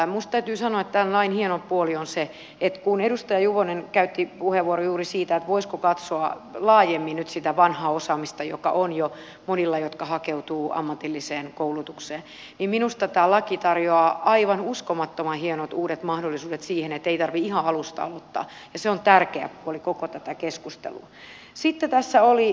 minun täytyy sanoa että tämän lain hieno puoli on se kun edustaja juvonen käytti puheenvuoron juuri siitä voisiko katsoa laajemmin nyt sitä vanhaa osaamista joka on jo monilla jotka hakeutuvat ammatilliseen koulutukseen että minusta tämä laki tarjoaa aivan uskomattoman hienot uudet mahdollisuudet siihen että ei tarvitse ihan alusta aloittaa ja se on tärkeä puoli koko tätä keskustelua